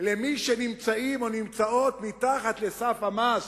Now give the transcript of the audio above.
למי שנמצאים או נמצאות מתחת לסף המס,